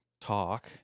talk